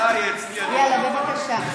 יאללה, בבקשה.